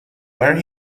where